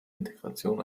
integration